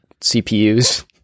CPUs